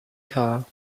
car